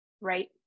right